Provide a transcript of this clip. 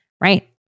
right